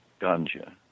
ganja